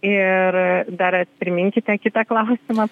ir dar priminkite kitą klausimą